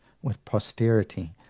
with posterity,